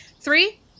Three